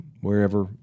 wherever